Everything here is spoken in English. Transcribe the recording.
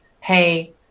hey